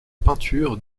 peinture